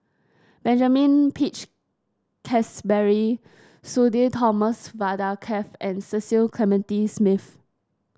Benjamin Peach Keasberry Sudhir Thomas Vadaketh and Cecil Clementi Smith